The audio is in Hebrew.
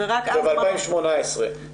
2018,